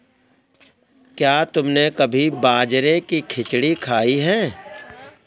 क्या तुमने कभी बाजरे की खिचड़ी खाई है?